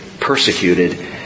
persecuted